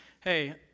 hey